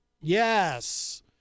Yes